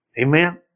Amen